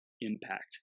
impact